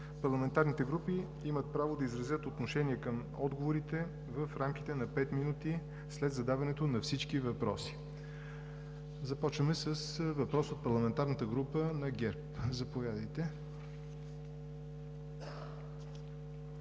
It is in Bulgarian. Парламентарните групи имат право да изразят отношение към отговорите в рамките на пет минути след задаването на всички въпроси. Започваме с въпрос от парламентарната група на ГЕРБ. Заповядайте.